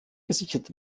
gesichert